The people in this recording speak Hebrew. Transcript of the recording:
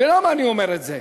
ולמה אני אומר את זה?